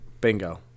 Bingo